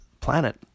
planet